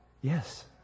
Yes